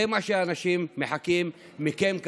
זה מה שאנשים מצפים מכם,